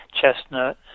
chestnut